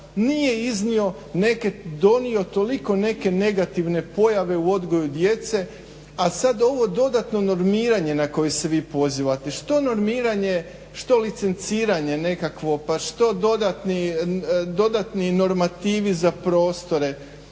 nije donio toliko neke negativne pojave u odgoju djece. A sad ovo dodatno normiranje na koje se vi pozivate, što normiranje, što licenciranje nekakvo pa što dodatni normativi za prostore,